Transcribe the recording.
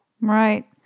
Right